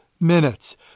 minutes